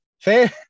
Fair